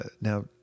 Now